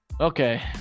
okay